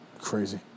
Crazy